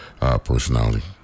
personality